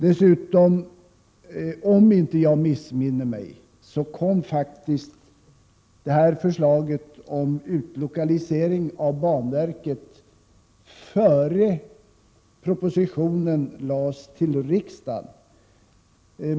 Dessutom: Om jag inte missminner mig kom faktiskt förslaget om en utlokalisering av banverket före det att propositionen avlämnades till riksdagen.